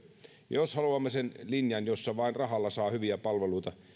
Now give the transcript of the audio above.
jos haluamme sen linjan jossa vain rahalla saa hyviä palveluita niin